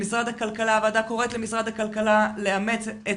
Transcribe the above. למשרד הכלכלה הוועדה קוראת לאמץ את